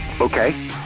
okay